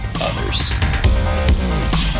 others